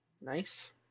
Nice